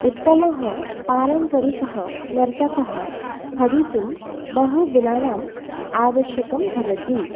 उत्तमः पारम्परिकः नर्तकः भवितुं बहुगुणाणाम् आवश्यकं भवति